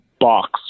box